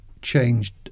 changed